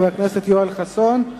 חבר הכנסת יואל חסון,